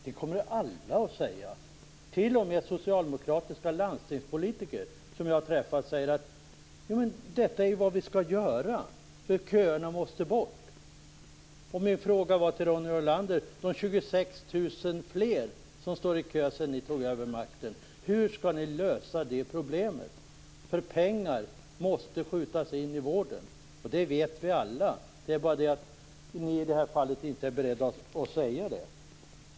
Det kommer alla att säga. T.o.m. socialdemokratiska landstingspolitiker som jag har träffat säger: Detta är vad vi skall göra, för köerna måste bort. Min fråga till Ronny Olander var: Det står 26 000 fler i kö sedan ni tog över makten. Hur skall ni lösa det problemet? Pengar måste skjutas till i vården. Det vet vi alla. Men ni är i det här fallet inte beredda att säga det.